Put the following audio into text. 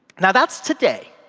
and that's today.